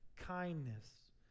kindness